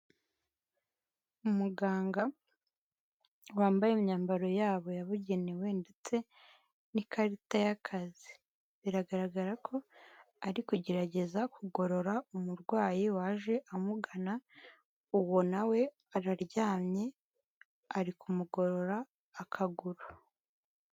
Umuganga wambaye imyambaro yabo yabugenewe ndetse n'ikarita y'akazi, biragaragara ko ari kugerageza kugorora umurwayi waje amugana, uwo na we araryamye, ari kumugorora akaguru.